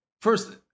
First